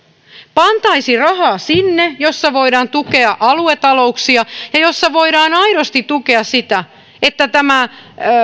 pantaisiin rahaa sinne missä voidaan tukea aluetalouksia ja missä voidaan aidosti tukea sitä että tämä